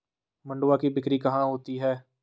मंडुआ की बिक्री कहाँ होती है?